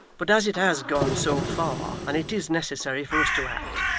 but as it has gone so far, and it is necessary for us to act,